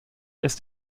ist